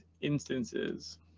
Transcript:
instances